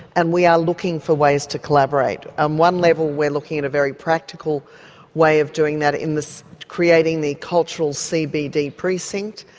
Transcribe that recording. and we are looking for ways to collaborate. on one level we're looking at a very practical way of doing that in creating the cultural cod precinct,